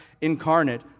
incarnate